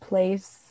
place